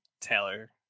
Taylor